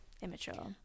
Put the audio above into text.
immature